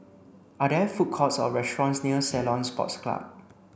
are there food courts or restaurants near Ceylon Sports Club